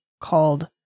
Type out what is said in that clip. called